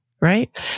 Right